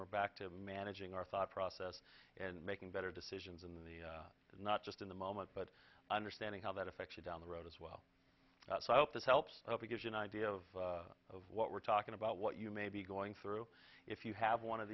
we're back to managing our thought process and making better decisions in the not just in the moment but understanding how that affects you down the road as well so i hope this helps gives you an idea of of what we're talking about what you may be going through if you have one of